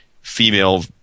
female